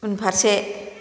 उनफारसे